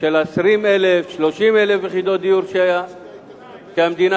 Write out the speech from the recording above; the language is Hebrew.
של 20,000 30,000 יחידות דיור שהמדינה